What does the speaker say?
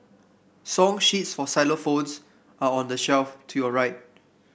song sheets for xylophones are on the shelf to your right